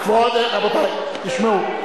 רבותי, תשמעו.